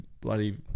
bloody